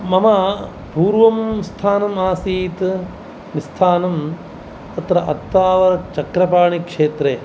मम पूर्वं स्थानम् आसीत् निस्थानं तत्र अत्तावर् चक्रपाणिक्षेत्रे